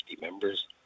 members